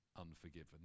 unforgiven